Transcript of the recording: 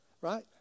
right